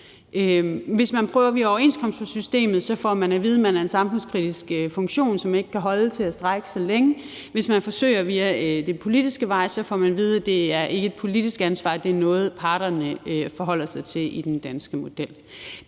Hvis man prøver via overenskomstsystemet, får man at vide, at man er en samfundskritisk funktion, som ikke kan holde til at strejke så længe, og hvis man forsøger via den politiske vej, får man at vide, at det ikke er et politisk ansvar, men at det er noget, som parterne forholder sig til i den danske model.